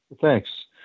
thanks